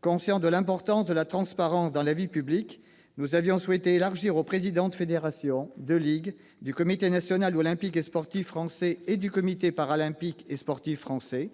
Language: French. Conscients de l'importance de la transparence dans la vie publique, nous avions souhaité élargir aux présidents de fédérations, de ligues, du Comité national olympique et sportif français et du Comité paralympique et sportif français,